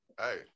hey